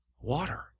water